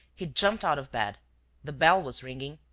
he jumped out of bed the bell was ringing.